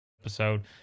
episode